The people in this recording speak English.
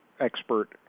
expert